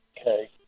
Okay